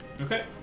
Okay